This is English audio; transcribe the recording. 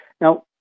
Now